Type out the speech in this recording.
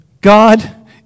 God